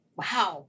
wow